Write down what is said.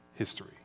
History